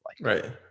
right